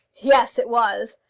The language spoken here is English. yes it was.